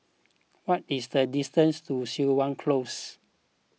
what is the distance to Siok Wan Close